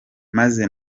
maze